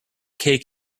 cake